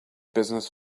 business